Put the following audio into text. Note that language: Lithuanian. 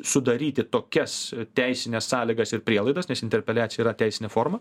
sudaryti tokias teisines sąlygas ir prielaidas nes interpeliacija yra teisinė forma